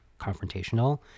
confrontational